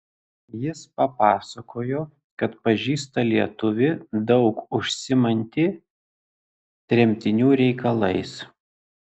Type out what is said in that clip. jis papasakojo kad pažįsta lietuvį daug užsiimantį tremtinių reikalais